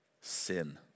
Sin